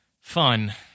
Fun